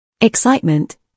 Excitement